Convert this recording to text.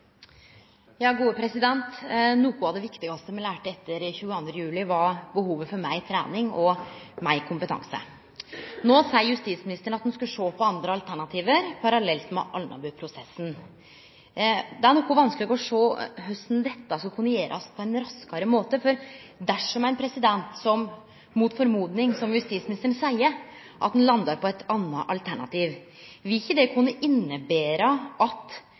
Noko av det viktigaste me lærte etter 22. juli, var behovet for meir trening og meir kompetanse. Nå seier justis- og beredskapsministeren at han skal sjå på andre alternativ parallelt med Alnabru-prosessen. Det er noko vanskeleg å sjå korleis dette skulle kunne gjerast på ein raskare måte. Dersom ein «mot formodning», som justis- og beredskapsministeren seier, landar på eit anna alternativ, vil ikkje det kunne innebere at